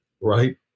Right